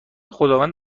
خداوند